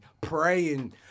praying